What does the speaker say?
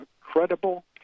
credible